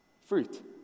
Fruit